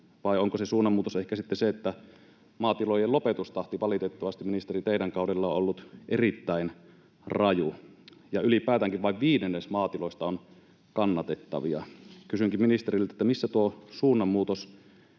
Vai onko se suunnanmuutos ehkä sitten se, että maatilojen lopetustahti valitettavasti, ministeri, teidän kaudellanne on ollut erittäin raju ja ylipäätäänkin vain viidennes maatiloista on kannattavia? Kysynkin ministeriltä: missä tuo suunnanmuutos